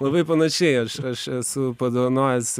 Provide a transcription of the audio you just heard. labai panašiai aš esu padovanojęs